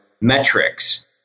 metrics